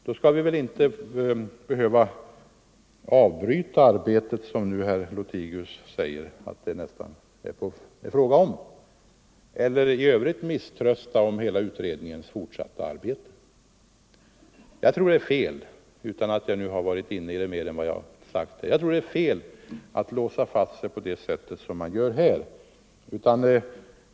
Vi skall inte behöva avbryta arbetet, som herr Lothigius säger att det nästan är fråga om, eller i övrigt misströsta om hela utredningens fortsatta arbete. Jag tror det är fel — utan att ha varit inkopplad på annat sätt än jag redogjort för här — att låsa fast sig på det sätt man gör här.